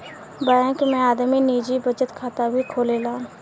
bank में आदमी निजी बचत खाता भी खोलेला